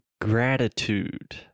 gratitude